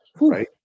Right